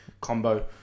combo